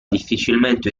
difficilmente